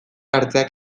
hartzeak